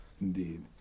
Indeed